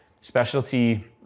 specialty